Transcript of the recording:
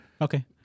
Okay